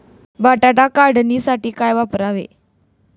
बटाटा काढणीसाठी काय वापरावे?